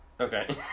Okay